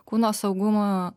kūno saugumu